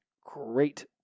great